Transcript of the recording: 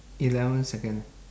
eleven second